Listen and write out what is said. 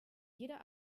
jeder